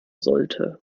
sollte